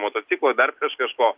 motociklo dar kažko